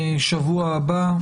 בשבוע הבא,